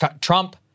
Trump